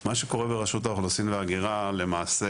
מה שקורה ברשות האוכלוסין וההגירה למעשה